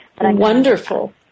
Wonderful